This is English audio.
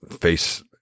face